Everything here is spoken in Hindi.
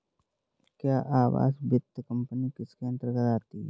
क्या आवास वित्त कंपनी इसके अन्तर्गत आती है?